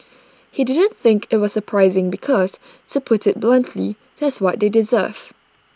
he didn't think IT was surprising because to put IT bluntly that's what they deserve